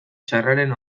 txarraren